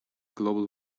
global